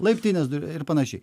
laiptinės duris ir panašiai